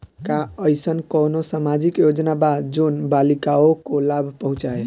का अइसन कोनो सामाजिक योजना बा जोन बालिकाओं को लाभ पहुँचाए?